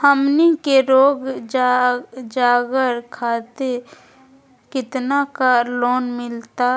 हमनी के रोगजागर खातिर कितना का लोन मिलता